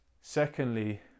Secondly